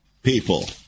People